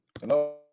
Hello